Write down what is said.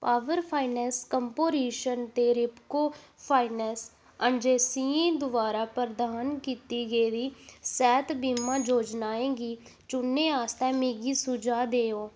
power finance composition ते Repco finance अजेंसियें द्वारा प्रदान कीती गेदी सैह्त बीमा योजनाएं गी चुनने आस्तै मिगी सुझा दिओ